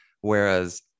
Whereas